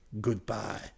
Goodbye